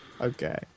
Okay